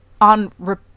on